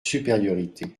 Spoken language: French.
supériorité